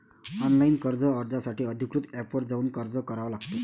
online कर्ज अर्जासाठी अधिकृत एपवर जाऊन अर्ज करावा लागतो